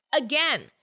Again